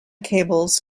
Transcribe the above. cables